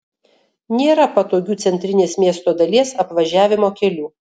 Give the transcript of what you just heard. nėra patogių centrinės miesto dalies apvažiavimo kelių